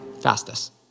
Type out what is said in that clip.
Fastest